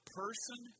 person